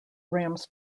rams